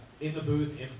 in-the-booth